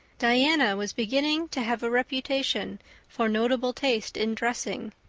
diana was beginning to have a reputation for notable taste in dressing,